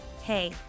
Hey